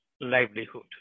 livelihood